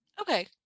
Okay